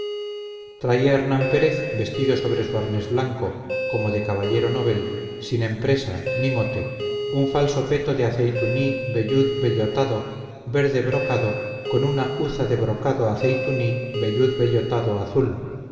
traía hernán pérez vestido sobre su arnés blanco como de caballero novel sin empresa ni mote un falso peto de aceituní vellud bellotado verde brocado con una uza de brocado aceituní vellud bellotado azul